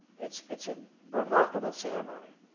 it's it's a remarkable ceremony.